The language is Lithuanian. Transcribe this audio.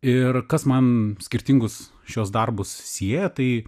ir kas man skirtingus šiuos darbus sieja tai